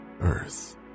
earth